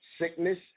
sickness